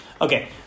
Okay